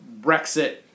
Brexit